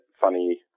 funny